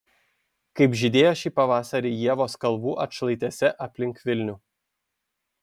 kaip žydėjo šį pavasarį ievos kalvų atšlaitėse aplink vilnių